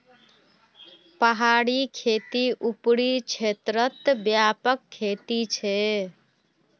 पहाड़ी खेती ऊपरी क्षेत्रत व्यापक खेती छे